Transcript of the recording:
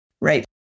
right